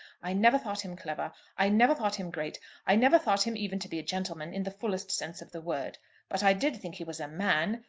i never thought him clever i never thought him great i never thought him even to be a gentleman, in the fullest sense of the word but i did think he was a man.